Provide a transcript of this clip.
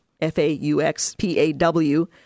F-A-U-X-P-A-W